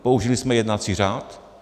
Použili jsme jednací řád.